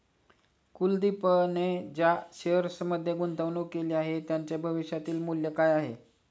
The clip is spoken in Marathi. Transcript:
कुलदीपने ज्या शेअर्समध्ये गुंतवणूक केली आहे, त्यांचे भविष्यातील मूल्य काय आहे?